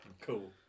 Cool